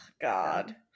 God